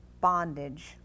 bondage